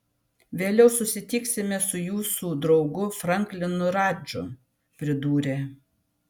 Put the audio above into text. vėliau susitiksime su jūsų draugu franklinu radžu pridūrė